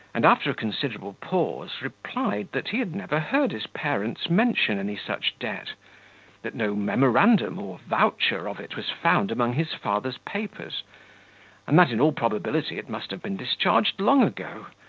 and, after a considerable pause, replied, that he had never heard his parents mention any such debt that no memorandum or voucher of it was found among his father's papers and that, in all probability, it must have been discharged long ago,